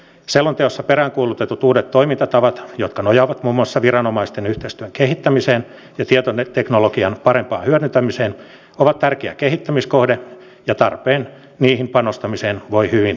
selonteossa peräänkuulutetut uudet toimintatavat jotka nojaavat muun muassa viranomaisten yhteistyön kehittämiseen ja tietoteknologian parempaan hyödyntämiseen ovat tärkeä kehittämiskohde ja tarpeen niihin panostamiseen voi hyvin allekirjoittaa